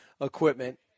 equipment